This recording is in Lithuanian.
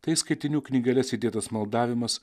tai skaitinių knygeles įdėtas maldavimas